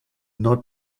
not